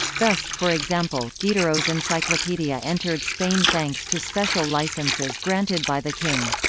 thus, for example, diderot's encyclopedia entered spain thanks to special licenses granted by the king.